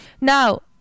Now